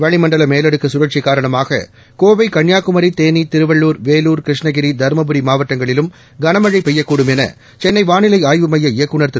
வளிமண்டல் மேலடுக்கு சுழற்சி காரணமாக கோவை கன்னியாகுமரி தேனி திருவள்ளூர் வேலூர் கிருஷ்ணகிரி தருமபுரி மாவட்டங்களிலும் கனமழை பெய்யக்கூடும் என சென்னை வாளிலை அய்வு மைய இயக்குநர் திரு